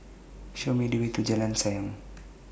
Show Me The Way to Jalan Sayang